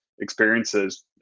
experiences